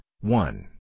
one